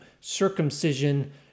circumcision